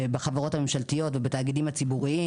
בחברות הממשלתיות ובתאגידים הציבוריים.